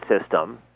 system